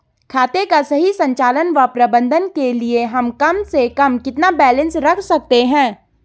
खाते का सही संचालन व प्रबंधन के लिए हम कम से कम कितना बैलेंस रख सकते हैं?